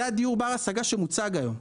זה הדיור בר השגה שמוצג היום.